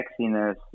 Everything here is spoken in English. sexiness